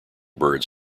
birds